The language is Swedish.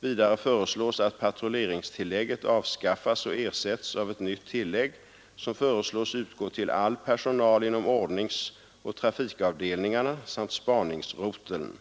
Vidare föreslås att patrulleringstillägget avskaffas och ersätts av ett nytt tillägg, som föreslås utgå till all personal inom ordningsoch trafikavdelningarna samt spaningsroteln.